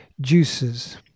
juices